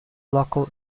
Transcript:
local